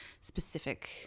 specific